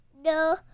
No